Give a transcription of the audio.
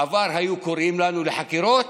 בעבר היו קוראים לנו לחקירות,